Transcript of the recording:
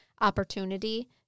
opportunity